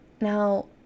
Now